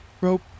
Rope